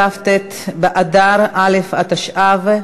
כ"ט באדר א' התשע"ו,